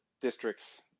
districts